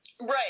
Right